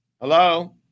Hello